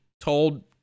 told